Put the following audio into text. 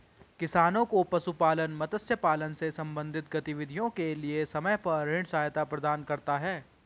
किसानों को पशुपालन, मत्स्य पालन से संबंधित गतिविधियों के लिए समय पर ऋण सहायता प्रदान करता है